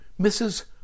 Mrs